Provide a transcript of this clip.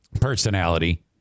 personality